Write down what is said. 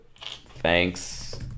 Thanks